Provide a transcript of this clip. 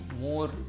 more